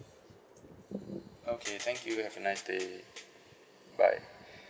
okay thank you have a nice day bye